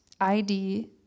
ID